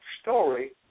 story